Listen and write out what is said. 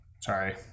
Sorry